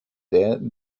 there